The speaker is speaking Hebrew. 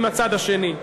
עם הצד השני.